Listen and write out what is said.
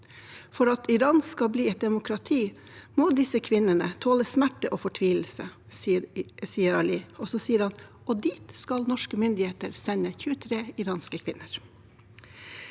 For at Iran skal bli et demokrati, må disse kvinnene tåle smerte og fortvilelse, sier Ali. Så sier han: Og dit skal norske myndigheter sende 23 iranske kvinner.